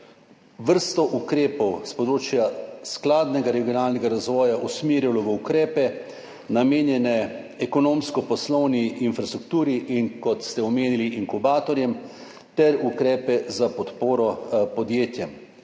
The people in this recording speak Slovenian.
vrsto ukrepov s področja skladnega regionalnega razvoja usmerilo v ukrepe, namenjene ekonomsko-poslovni infrastrukturi, in kot ste omenili, inkubatorje ter ukrepe za podporo podjetjem.